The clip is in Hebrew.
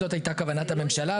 זאת היתה כוונת הממשלה,